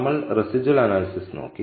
നമ്മൾ residual analysis നോക്കി